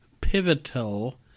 pivotal